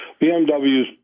BMWs